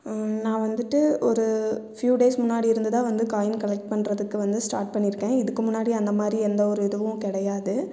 நான் வந்துவிட்டு ஒரு ஃபியூ டேஸ் முன்னாடி இருந்து தான் வந்து காயின் கலெக்ட் பண்ணுறதுக்கு வந்து ஸ்டார்ட் பண்ணியிருக்கேன் இதுக்கு முன்னாடி அந்தமாதிரி எந்த ஒரு இதுவும் கிடையாது